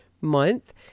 month